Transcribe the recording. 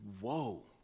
whoa